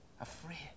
afraid